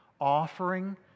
offering